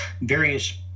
various